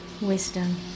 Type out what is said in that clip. wisdom